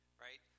right